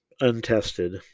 untested